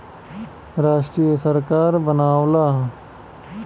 राष्ट्रीय सरकार बनावला